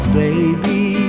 baby